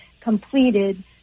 completed